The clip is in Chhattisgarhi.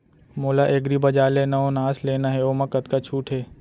मोला एग्रीबजार ले नवनास लेना हे ओमा कतका छूट हे?